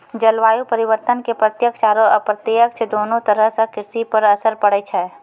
जलवायु परिवर्तन के प्रत्यक्ष आरो अप्रत्यक्ष दोनों तरह सॅ कृषि पर असर पड़ै छै